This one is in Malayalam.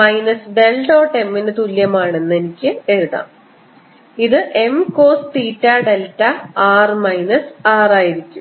മൈനസ് ഡെൽ ഡോട്ട് M ന് തുല്യമാണെന്ന് എനിക്ക് എഴുതാൻ കഴിയും ഇത് M cos theta delta r minus R ആയിരിക്കും